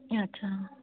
ਅੱਛਾ